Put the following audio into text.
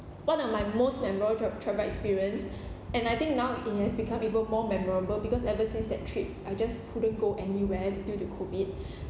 one of my most memorable trav~ travel experience and I think now it has become even more memorable because ever since that trip I just couldn't go anywhere due to COVID